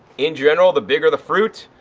in general the bigger the fruit,